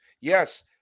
Yes